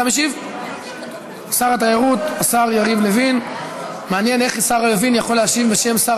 לסעיף הבא שעל סדר-היום: הצעת חוק ביטוח